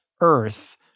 Earth